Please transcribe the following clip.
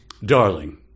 Darling